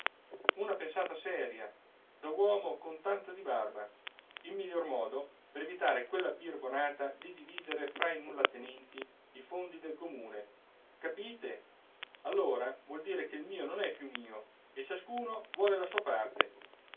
una pensata seria da uomo con tanto di barba il miglior modo per evitare quella birbonata di dividere fra i nullatenenti i fondi del comune capite allora vuol dire che il mio non è più mio e ciascuno vuole la sua parte